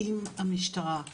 עם המשטרה,